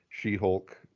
She-Hulk